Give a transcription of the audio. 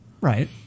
Right